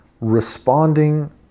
responding